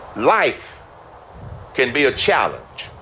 life can be a challenge.